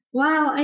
wow